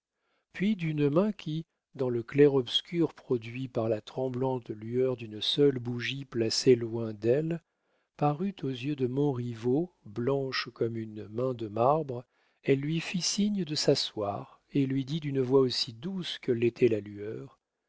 puis d'une main qui dans le clair obscur produit par la tremblante lueur d'une seule bougie placée loin d'elle parut aux yeux de montriveau blanche comme une main de marbre elle lui fit signe de s'asseoir et lui dit d'une voix aussi douce que l'était la lueur